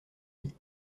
nuit